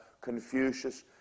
Confucius